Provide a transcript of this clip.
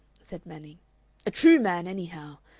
said manning a true man, anyhow.